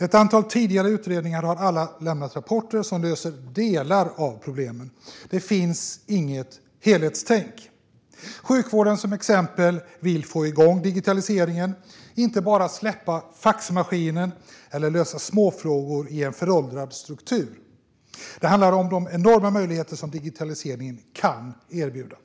Ett antal tidigare utredningar har alla lämnat rapporter som löser delar av problemen, men det finns inget helhetstänk. Till exempel vill sjukvården få igång digitaliseringen, inte bara släppa faxmaskinen eller lösa småfrågor i en föråldrad struktur. Det handlar om de enorma möjligheter som digitaliseringen kan erbjuda.